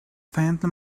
faintly